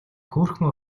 хөөрхөн